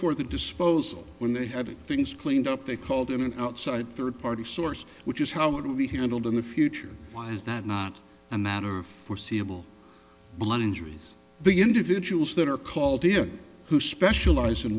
for the disposal when they had things cleaned up they called in an outside third party source which is how we handled in the future why is that not a matter of foreseeable blood injuries the individuals that are called here who specialize in